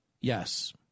Yes